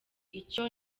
icyo